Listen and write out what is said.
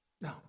No